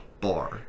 bar